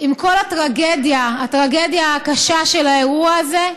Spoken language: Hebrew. עם כל הטרגדיה הקשה של האירוע הזה,